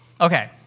Okay